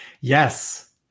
yes